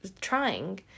trying